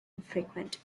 infrequent